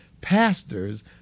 Pastors